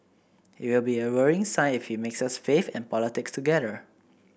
it will be a worrying sign if he mixes faith and politics together